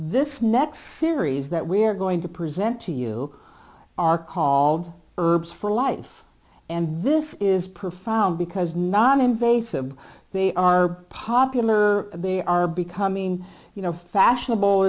this next series that we're going to present to you are called herbs for life and this is profound because mom invasive they are popular they are becoming you know fashionable